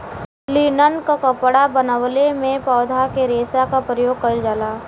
linen क कपड़ा बनवले में पौधा के रेशा क परयोग कइल जाला